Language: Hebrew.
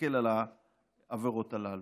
הסתכל על העבירות הללו.